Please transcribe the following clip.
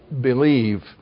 believe